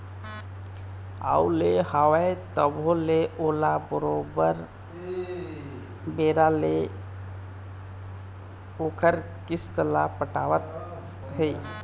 अउ ले हवय तभो ले ओला बरोबर बेरा ले ओखर किस्त ल पटावत हे